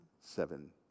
seven